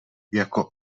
jako